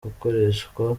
gukoreshwa